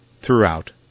throughout